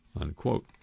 Unquote